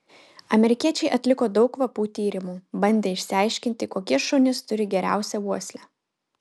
amerikiečiai atliko daug kvapų tyrimų bandė išsiaiškinti kokie šunys turi geriausią uoslę